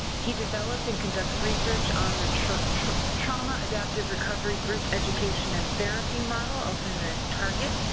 he developed and conducts research on the trauma trauma adaptive recovery group education and therapy model, also known as target,